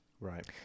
Right